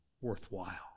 worthwhile